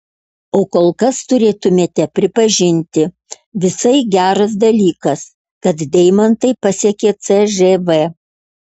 o kol kas turėtumėte pripažinti visai geras dalykas kad deimantai pasiekė cžv